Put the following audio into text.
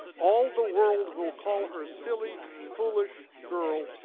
all the world will call her silly, foolish girl,